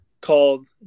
called